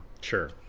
Sure